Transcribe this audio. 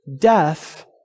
death